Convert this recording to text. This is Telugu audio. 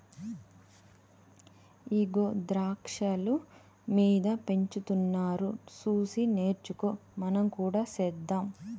ఇగో ద్రాక్షాలు మీద పెంచుతున్నారు సూసి నేర్చుకో మనం కూడా సెద్దాం